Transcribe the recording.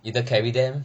either carry them